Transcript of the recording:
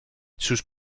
sus